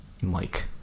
Mike